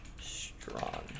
Strong